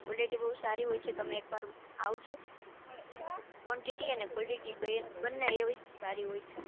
quality બહુ સારી હોય છે તમે એકવાર આવજો કોનટેટી અને કોલેટી બેઉ બંને એવી જ સારી હોય છે